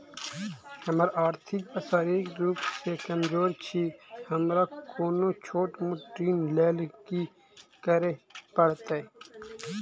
हम आर्थिक व शारीरिक रूप सँ कमजोर छी हमरा कोनों छोट मोट ऋण लैल की करै पड़तै?